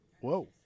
Whoa